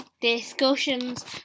discussions